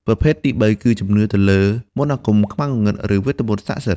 ប្រភេទទីបីគឺជំនឿទៅលើមន្តអាគមខ្មៅងងឹត ឬវេទមន្តសក្តិសិទ្ធិ។